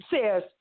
says